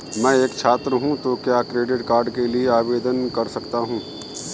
मैं एक छात्र हूँ तो क्या क्रेडिट कार्ड के लिए आवेदन कर सकता हूँ?